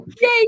yay